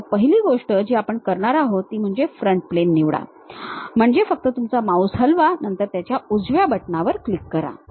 तर पहिली गोष्ट जी आपण करणार आहोत ती म्हणजे फ्रंट प्लेन निवडा म्हणजे फक्त तुमचा माउस हलवा नंतर त्याच्या उजव्या बटणावर क्लिक करा